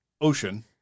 ocean